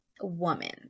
woman